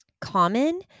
common